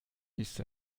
ist